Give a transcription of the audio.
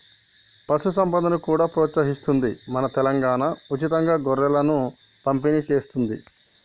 పశు సంపదను కూడా ప్రోత్సహిస్తుంది మన తెలంగాణా, ఉచితంగా గొర్రెలను పంపిణి చేస్తుంది